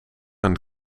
een